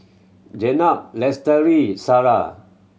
Jenab Lestari Sarah